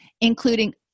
including